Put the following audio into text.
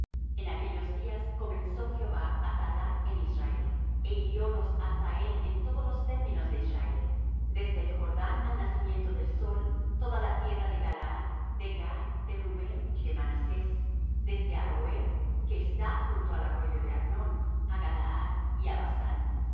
en aquellos días comenzó jehová á talar en israel é hiriólos hazael en todos los términos de israel desde el jordán al nacimiento del sol toda la tierra de galaad de gad de rubén y de manasés desde aroer que está junto al arroyo de arnón á galaad y á basán